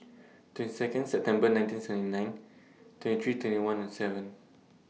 twenty Second September nineteen seventy nine twenty three twenty one and seven